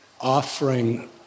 offering